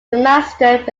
remastered